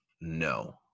no